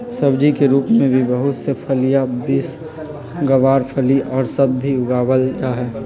सब्जी के रूप में भी बहुत से फलियां, बींस, गवारफली और सब भी उगावल जाहई